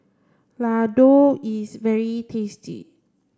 Ladoo is very tasty